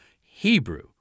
Hebrew